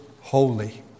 holy